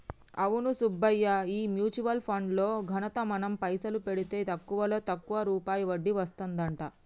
అవును సుబ్బయ్య ఈ mutual funds లో ఘనత మనం పైసలు పెడితే తక్కువలో తక్కువ రూపాయి వడ్డీ వస్తదంట